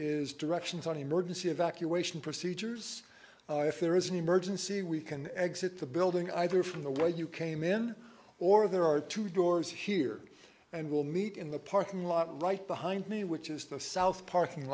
is directions on emergency evacuation procedures oh if there is an emergency we can exit the building either from the way you came in or there are two doors here and will meet in the parking lot right behind me which is the south parking